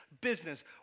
business